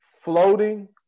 floating